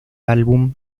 álbum